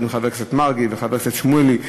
עם חבר הכנסת מרגי וחבר הכנסת שמולי,